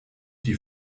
die